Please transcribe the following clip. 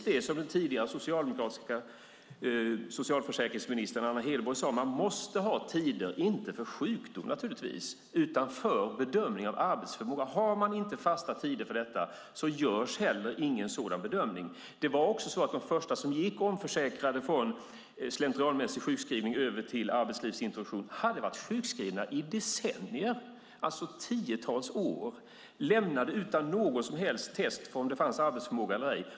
Den tidigare, socialdemokratiska sjukförsäkringsministern Anna Hedborg sade att man måste ha tider inte för sjukdom utan för bedömning av arbetsförmåga. Har man inte fasta tider för detta görs inte heller någon sådan bedömning. De första som gick över från slentrianmässig sjukskrivning till arbetslivsintroduktion hade varit sjukskrivna i decennier, det vill säga tiotals år. De hade varit lämnade utan någon som helst test på om det fanns arbetsförmåga eller ej.